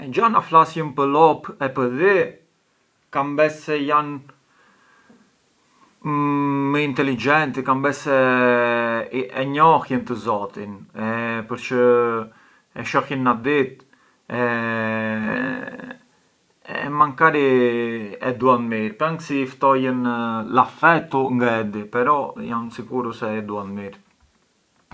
Xha na flasjëm pë’ lopë e pë dhi, kam bes se janë më intelligenti kam bes se e njohjën të zotin përçë e shohjën na ditë e makari e duan mirë, pran si i ftojën l’affettu ngë e di, pran jam sikuru se e duan mirë.